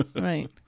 Right